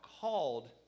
called